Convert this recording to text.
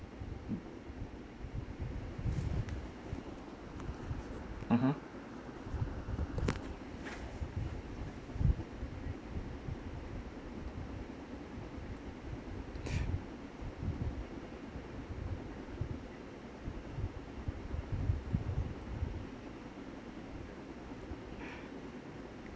mmhmm